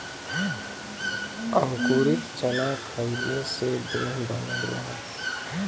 अंकुरित चना खईले से देह बनेला